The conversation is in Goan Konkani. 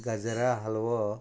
गाजरा हालवो